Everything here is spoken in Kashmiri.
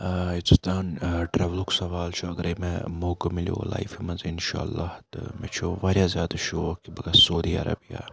آ یوٚتَتھ تام ٹرٛولُک سوال چھُ اگرَے مےٚ موقعہٕ مِلیو لایفہِ منٛز انشاء اللہ تہٕ مےٚ چھُ واریاہ زیادٕ شوق کہِ بہٕ گژھٕ سعودی عربیہِ